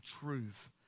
truth